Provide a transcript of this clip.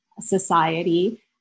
society